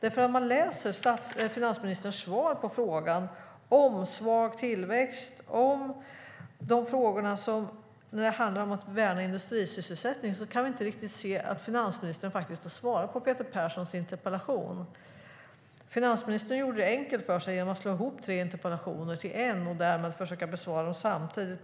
Om man läser finansministerns svar på frågan om svag tillväxt kan vi inte riktigt se att finansministern har svarat på Peter Perssons interpellation när det gäller de frågor som handlar om att värna industrisysselsättningen. Finansministern gjorde det enkelt för sig genom att slå ihop tre interpellationer till en och därmed försöka besvara dem samtidigt.